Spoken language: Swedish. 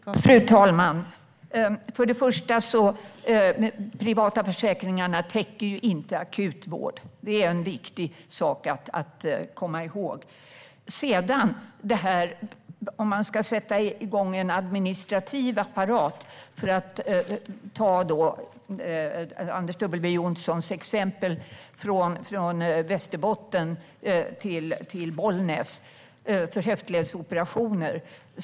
Privata sjukvårds-försäkringar inom offentligt finansierad hälso och sjukvård Fru talman! Först och främst täcker de privata försäkringarna inte akut vård. Det är en viktig sak att komma ihåg. Sedan gäller det detta med att sätta igång en administrativ apparat. Jag tänker på Anders W Jonssons exempel om Västerbotten och Bollnäs och höftledsoperationer.